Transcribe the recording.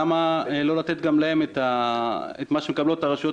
מדוע לא לתת להם את מה שמקבלו שאר הרשויות